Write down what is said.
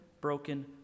broken